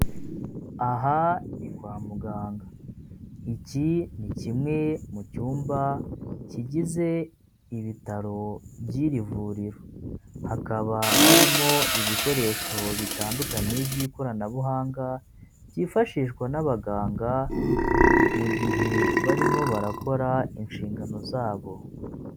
Aha ni kwa muganga, iki ni kimwe mu cyumba kigize ibitaro byiri vuriro hakaba harimo ibikoresho bitandukanye by'ikoranabuhanga byifashishwa n'abaganga mu gihe barimo barakora inshingano zabo.